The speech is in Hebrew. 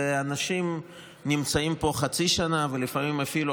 ואנשים נמצאים פה חצי שנה ולפעמים אפילו